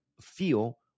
feel